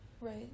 Right